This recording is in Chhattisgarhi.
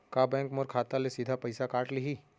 का बैंक मोर खाता ले सीधा पइसा काट लिही?